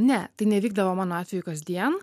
ne tai nevykdavo mano atveju kasdien